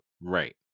Right